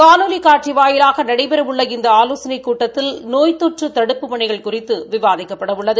காணொலி காட்சி வாயிலாக நடைபெறவுள்ள இந்த ஆலோசனைக் கூட்டத்தில் நோய் தொற்று தடுப்புப் பணிகள் குறிதது விவாதிக்கப்படவுள்ளது